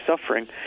suffering